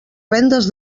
rendes